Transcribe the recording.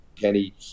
Kenny